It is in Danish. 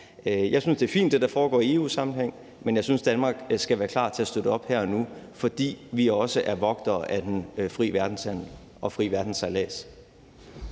Jeg synes, det, der foregår i EU-sammenhæng, er fint, men jeg synes, at Danmark skal være klar til at støtte op her og nu, fordi vi også er vogtere af den fri verdenshandel og fri verdenssejlads.